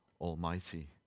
Almighty